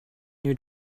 new